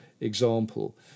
example